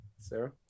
sarah